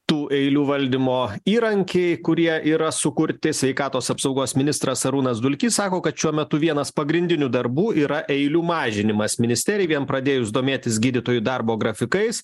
tų eilių valdymo įrankiai kurie yra sukurti sveikatos apsaugos ministras arūnas dulkys sako kad šiuo metu vienas pagrindinių darbų yra eilių mažinimas ministerijai vien pradėjus domėtis gydytojų darbo grafikais